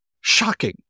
shocking